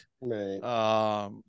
Right